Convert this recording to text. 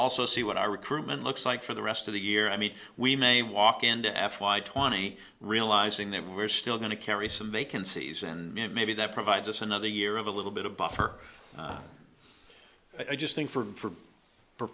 also see what our recruitment looks like for the rest of the year i mean we may walk into f y twenty realizing that we're still going to carry some vacancies and it may be that provides us another year of a little bit of buffer i just think for